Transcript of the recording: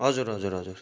हजुर हजुर हजुर